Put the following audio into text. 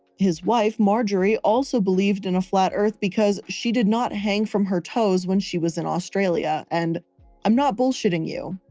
his wife, marjorie also believed in a flat earth because she did not hang from her toes when she was in australia. and i'm not bullshitting you,